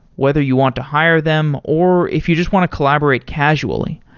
whether you want to hire them or if you just want to collaborate casually.